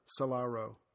Salaro